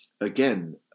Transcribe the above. again